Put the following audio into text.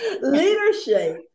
Leadership